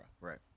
right